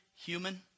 Human